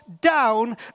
down